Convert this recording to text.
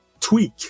Tweak